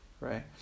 right